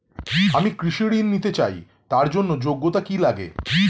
আমি কৃষি ঋণ নিতে চাই তার জন্য যোগ্যতা কি লাগে?